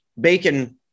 bacon